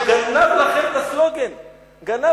שגנב לכם את הססמה?